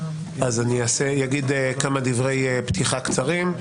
אז אני אגיד כמה דברי פתיחה קצרים.